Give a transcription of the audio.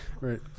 right